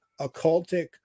occultic